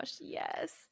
yes